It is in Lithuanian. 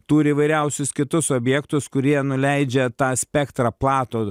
turi įvairiausius kitus objektus kurie nu leidžia tą spektrą platų